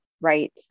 right